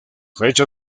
fecha